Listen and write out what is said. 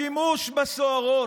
השימוש בסוהרות,